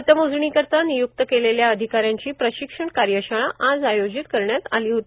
मतमोजणी प्रक्रिया करता नियुक्त केलेले अधिकाऱ्यांची प्रशिक्षण कार्यशाळा आज आयोजित करण्यात आली होती